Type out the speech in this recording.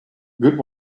good